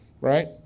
right